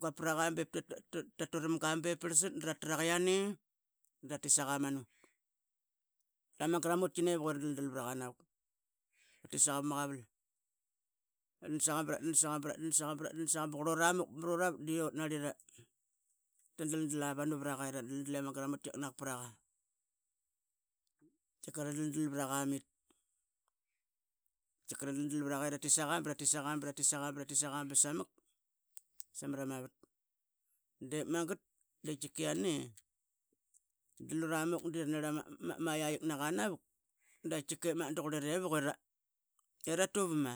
quap dra turam ga bep parlsat dra tra qa yiane dra tisaqa manu. Ama gramuki ne unk ira daldal vra qa navuk i ratisa qa pama qaval. tatdan saga. bradan utnari ra daldal ama gramutlci vanu pama qaval ira daldal qi pra qa tkiqa ta daldal vraga mit. Tki qa ra daldal vraqa i ratit saqa niit iratisqa. bratisaqa. bratisaqa. bratisqa bsamak samra ma vat. Dep magat tkiqa yiane dluramuk de tanari ama yia tkiqnak a navuk da qurli revuk iaturama.